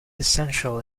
essential